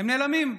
הם נעלמים.